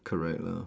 correct lah